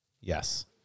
Yes